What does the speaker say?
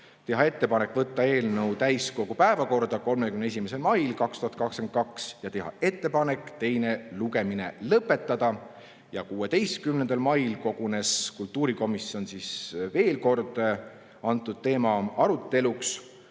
teha ettepanek võtta eelnõu täiskogu päevakorda 31. mail 2022 ja teha ettepanek teine lugemine lõpetada. 16. mail kogunes kultuurikomisjon veel kord seda teemat arutlema.